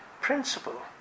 principle